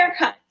haircuts